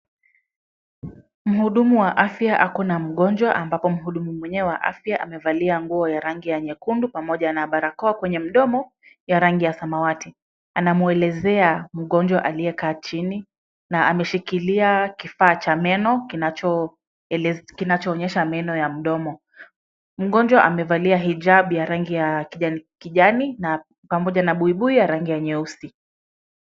Mhudumu wa afya ako na mgonjwa ambapo mhudumu mwenyewe wa afya amevalia nguo ya rangi ya nyekundu pamoja na barakoa kwenye mdomo ya rangi ya samawati. Anamuelezea mgonjwa aliyekaa chini na ameshikilia kifaa cha meno kinachoonyesha meno ya mdomo. Mgonjwa amevalia hijabu ya rangi ya kijani pamoja na buibui ya rangi ya nyeusi.